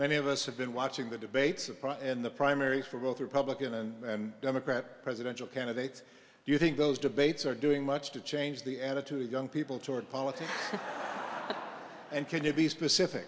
many of us have been watching the debates in the primary for both republican and democrat presidential candidates do you think those debates are doing much to change the attitude of young people toward politics and can you be specific